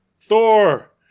Thor